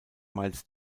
miles